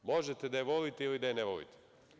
Možete da je volite ili da je ne volite.